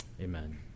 Amen